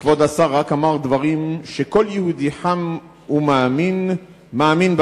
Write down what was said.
כבוד השר רק אמר דברים שכל יהודי חם מאמין בהם.